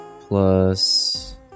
plus